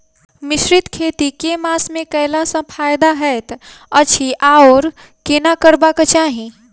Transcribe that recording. मिश्रित खेती केँ मास मे कैला सँ फायदा हएत अछि आओर केना करबाक चाहि?